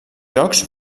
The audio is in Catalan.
jocs